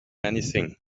anything